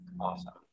Awesome